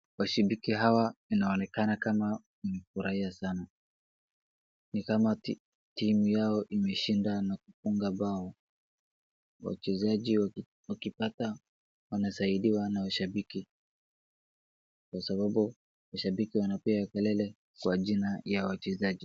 Washambiki hawa inaonekana kama wamefurahia sana. Ni kama timu yao imeshinda na kufuga mbao. Wachezaji wakipata wanasaidiwa na washambiki kwa sababu washambiki wanapiga kelele kwa jina ya wachezaji.